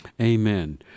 Amen